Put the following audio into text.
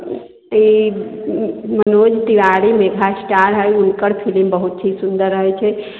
ई Manoj Tiwari megastar हइ हुनकर film बहुत ही सुन्दर रहै छै